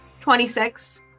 26